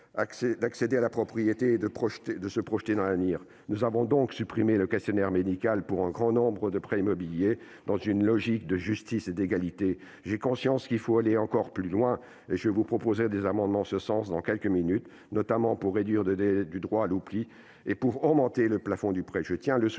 d'accéder à la propriété, de se projeter dans l'avenir ? Nous avons donc supprimé le questionnaire médical pour un grand nombre de prêts immobiliers, dans une logique de justice et d'égalité. J'ai conscience qu'il faut aller encore plus loin et je vous proposerai des amendements en ce sens dans quelques minutes, notamment pour réduire le délai du droit à l'oubli et pour augmenter le plafond de prêt.